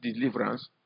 deliverance